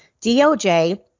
DOJ